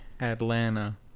Atlanta